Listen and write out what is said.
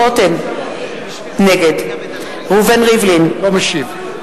נגד ראובן ריבלין, לא משיב.